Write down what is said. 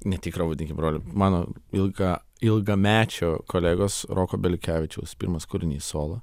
netikro brolio mano ilga ilgamečio kolegos roko beliukevičiaus pirmas kūrinys solo